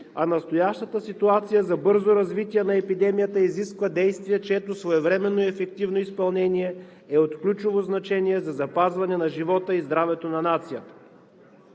а настоящата ситуация за бързо развитие на епидемията изисква действия, чието своевременно и ефективно изпълнение е от ключово значение за запазване на живота и здравето на нацията.